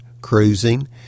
Cruising